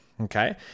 okay